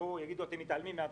ויגידו שאנחנו מתעלמים מהתושבים.